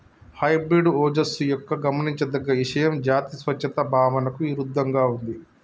hybrid ఓజస్సు యొక్క గమనించదగ్గ ఇషయం జాతి స్వచ్ఛత భావనకు ఇరుద్దంగా ఉంది